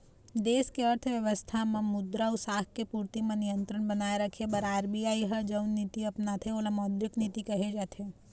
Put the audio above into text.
देस के अर्थबेवस्था म मुद्रा अउ साख के पूरति म नियंत्रन बनाए रखे बर आर.बी.आई ह जउन नीति अपनाथे ओला मौद्रिक नीति कहे जाथे